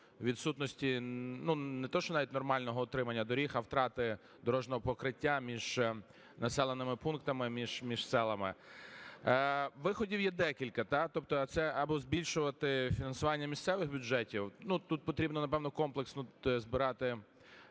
відсутності не те, що навіть нормального утримання доріг, а втрати дорожнього покриття між населеними пунктами, між селами. Виходів є декілька. Тобто це або збільшувати фінансування місцевих бюджетів, тут потрібно, напевно, комплексно збирати